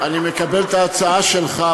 אני מקבל את ההצעה שלך,